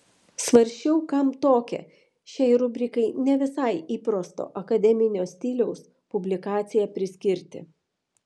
svarsčiau kam tokią šiai rubrikai ne visai įprasto akademinio stiliaus publikaciją priskirti